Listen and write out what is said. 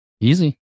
Easy